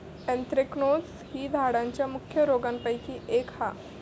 anthracnose ही झाडांच्या मुख्य रोगांपैकी एक हा